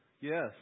Yes